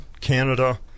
Canada